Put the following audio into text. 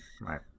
right